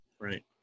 Right